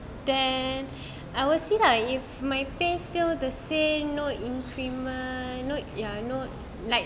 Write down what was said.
then I will see lah if my pay still the same no increment no ya not like